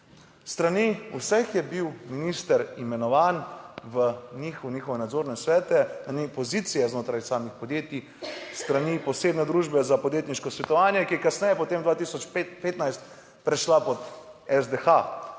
strani vseh je bil minister imenovan v njih, v njihove nadzorne svete s strani pozicije znotraj samih podjetij, s strani posebne družbe za podjetniško svetovanje, ki je kasneje potem 2015 prešla pod SDH